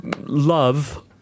love